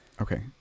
Okay